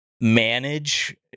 manage